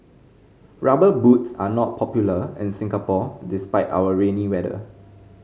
Rubber Boots are not popular in Singapore despite our rainy weather